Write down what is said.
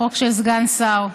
חוק של סגן שר.